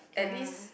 yeah